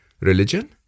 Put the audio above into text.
religion